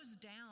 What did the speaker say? down